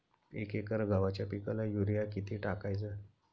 एक एकर गव्हाच्या पिकाला युरिया किती टाकायचा?